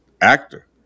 actor